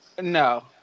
No